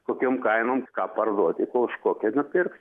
kokiom kainom ką parduoti ko už kokią nupirks